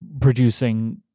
producing